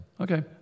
Okay